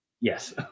Yes